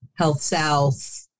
HealthSouth